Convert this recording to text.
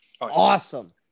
awesome